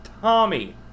Tommy